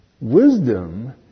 Wisdom